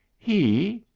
he?